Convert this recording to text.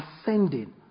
ascending